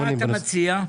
מה אתה מציע?